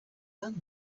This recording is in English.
done